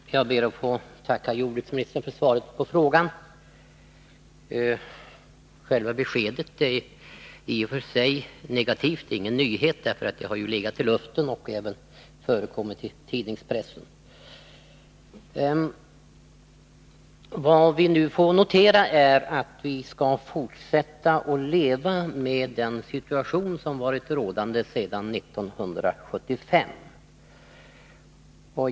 Fru talman! Jag ber att få tacka jordbruksministern för svaret på frågan. Själva beskedet, som är negativt, är i och för sig ingen nyhet. Det har legat i luften, och pressen har skrivit om det. Vad vi nu får notera är att vi skall fortsätta att leva med den situation som har varit rådande sedan 1975.